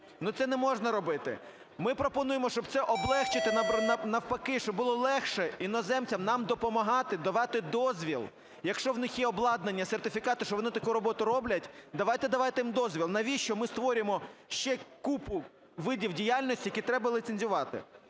Це не можна робити. Ми пропонуємо, щоб це облегшити навпаки, щоб було легше іноземцям нам допомагати, давати дозвіл. Якщо в них є обладнання, сертифікати, що вони таку роботу роблять, давайте давати їм дозвіл. Навіщо ми створюємо ще купу видів діяльності, які треба ліцензувати?